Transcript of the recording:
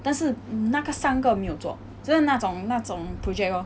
但是那个三个没有做真的那种那种 project lor